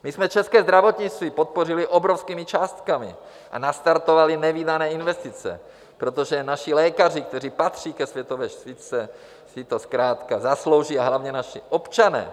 My jsme české zdravotnictví podpořili obrovskými částkami a nastartovali nevídané investice, protože naši lékaři, kteří patří ke světové špičce, si to zkrátka zaslouží, a hlavně naši občané.